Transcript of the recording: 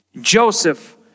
Joseph